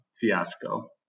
fiasco